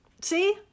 see